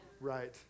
right